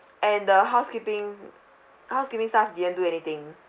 and the housekeeping housekeeping staff didn't do anything